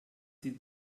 sie